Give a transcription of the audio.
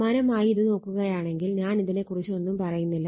സമാനമായി ഇത് നോക്കുകയാണെങ്കിൽ ഞാൻ ഇതിനെ കുറിച്ച് ഒന്നും പറയുന്നില്ല